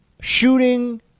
shooting